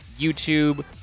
YouTube